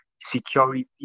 security